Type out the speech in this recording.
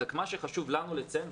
רק מה שחשוב לנו לציין,